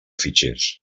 fitxers